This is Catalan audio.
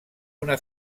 una